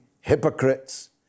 hypocrites